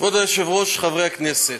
כבוד היושב-ראש, חברי הכנסת,